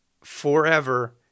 forever